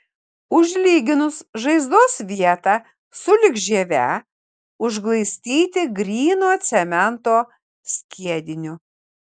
užlyginus žaizdos vietą sulig žieve užglaistyti gryno cemento skiediniu